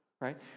Right